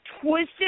twisted